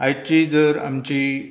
आयची जर आमची